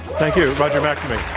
thank you, roger mcnamee.